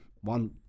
one